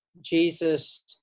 Jesus